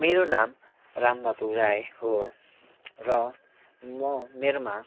मेरो नाम रामबाबु राई हो र म मेरोमा